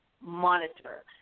monitor